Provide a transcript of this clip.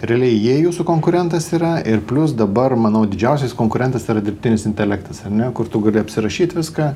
realiai jie jūsų konkurentas yra ir plius dabar manau didžiausias konkurentas yra dirbtinis intelektas ar ne kur tu gali apsirašyt viską